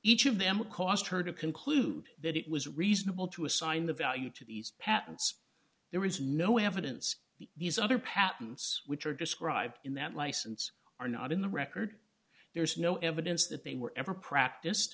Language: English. each of them would cost her to conclude that it was reasonable to assign the value to these patents there was no evidence that these other patents which are described in that license are not in the record there's no evidence that they were ever practice